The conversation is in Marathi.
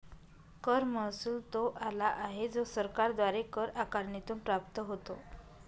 कर महसुल तो आला आहे जो सरकारद्वारे कर आकारणीतून प्राप्त होतो